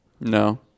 No